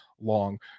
long